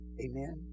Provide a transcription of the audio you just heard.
Amen